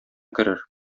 керер